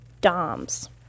doms